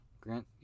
Grant